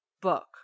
book